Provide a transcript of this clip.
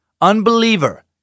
unbeliever